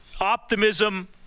optimism